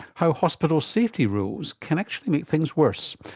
how hospital safety rules can actually make things worse.